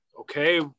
okay